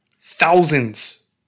thousands